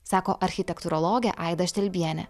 sako architektūrologė aida štelbienė